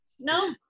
No